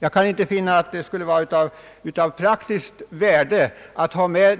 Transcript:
Jag kan inte finna att det skulle vara av praktiskt värde att ha med